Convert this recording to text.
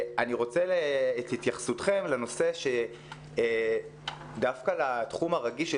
אני רוצה את התייחסותכם לנושא שדווקא לתחום הרגיש של